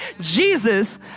Jesus